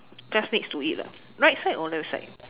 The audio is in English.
just next to it ah right side or left side